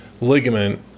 ligament